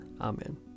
Amen